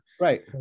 Right